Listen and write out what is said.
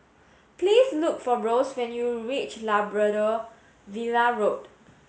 please look for Rose when you reach Labrador Villa Road